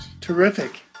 Terrific